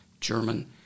German